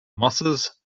mosses